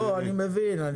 אני מבין.